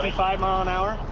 five mile an hour.